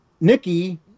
Nikki